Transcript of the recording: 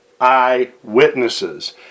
eyewitnesses